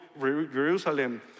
Jerusalem